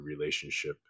relationship